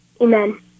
Amen